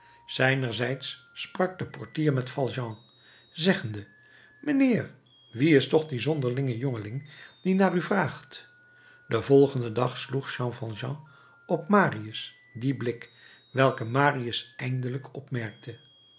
zijnerzijds sprak de portier met valjean zeggende mijnheer wie is toch die zonderlinge jongeling die naar u vraagt den volgenden dag sloeg jean valjean op marius dien blik welken marius eindelijk opmerkte